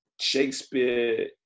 Shakespeare